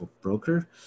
broker